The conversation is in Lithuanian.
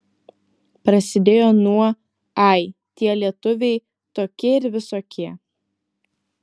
prasidėjo nuo ai tie lietuviai tokie ir visokie